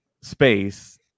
space